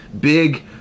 big